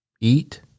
eat